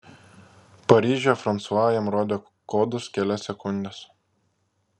paryžiuje fransua jam rodė kodus kelias sekundes